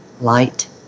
light